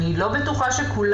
אני לא יודע אם יש פה